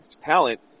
talent